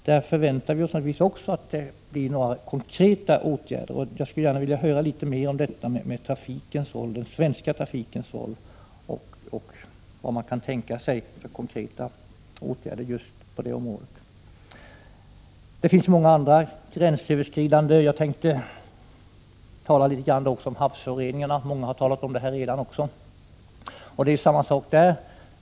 Också i det fallet förväntar vi oss konkreta åtgärder. Jag skulle gärna vilja höra mer från Birgitta Dahl om den svenska trafikens roll och vilka konkreta åtgärder man kan tänka sig att vidta. Även andra gränsöverskridanden förekommer. Jag tänkte också tala om havsföroreningarna. Många har redan berört detta ämne. Det är samma sak där.